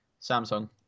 Samsung